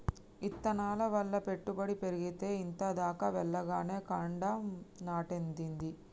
ఇత్తనాల వల్ల పెట్టు పెరిగేతే ఇంత దాకా వెల్లగానే కాండం నాటేదేంది